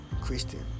Christian